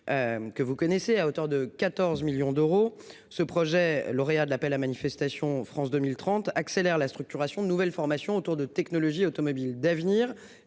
Que vous connaissez à hauteur de 14 millions d'euros, ce projet lauréat de l'appel à manifestation France 2030 accélère la structuration de nouvelles formations autour de technologies automobiles d'avenir.